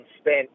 spent